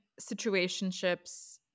situationships